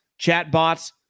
chatbots